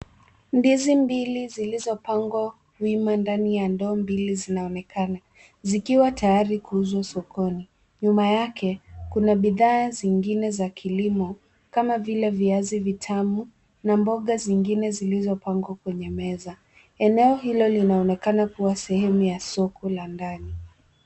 Ndizi mbili zilizopangwa wima ndani ya ndoo mbili zinaonekana, zikiwa tayari kuuzwa sokoni. Nyuma yake, kuna bidhaa zingine za kilimo, kama vile, viazi vitamu, na mboga zingine zilizopangwa kwenye meza. Eneo hilo linaonekana kua sehemu ya soko la ndani.